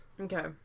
okay